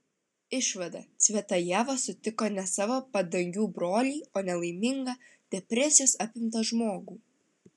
išvada cvetajeva sutiko ne savo padangių brolį o nelaimingą depresijos apimtą žmogų